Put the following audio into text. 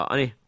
Ani